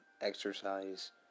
exercise